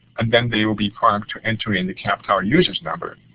and then they will be prompted to enter in the captel user's number.